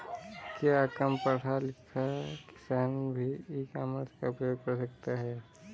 क्या कम पढ़ा लिखा किसान भी ई कॉमर्स का उपयोग कर सकता है?